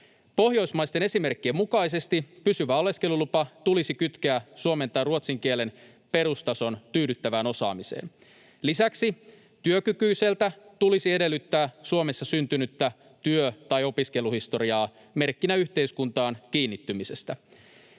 Pohjoismaisten esimerkkien mukaisesti pysyvä oleskelulupa tulisi kytkeä suomen tai ruotsin kielen perustason tyydyttävään osaamiseen. Lisäksi työkykyiseltä tulisi edellyttää Suomessa syntynyttä työ- tai opiskeluhistoriaa merkkinä yhteiskuntaan kiinnittymisestä.